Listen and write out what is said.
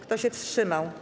Kto się wstrzymał?